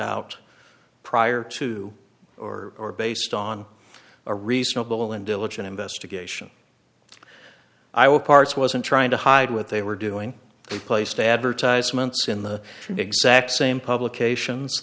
out prior to or are based on a reasonable and diligent investigation i would parts wasn't trying to hide what they were doing they placed advertisements in the exact same publications